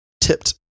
tipped